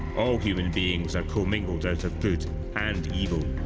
all human beings are commingled out of good and evil.